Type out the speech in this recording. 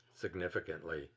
significantly